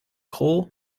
coal